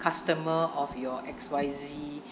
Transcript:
customer of your X Y Z